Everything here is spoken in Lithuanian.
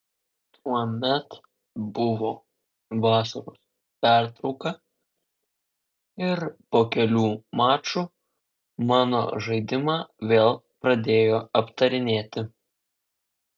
tuomet buvo vasaros pertrauka ir po kelių mačų mano žaidimą vėl pradėjo aptarinėti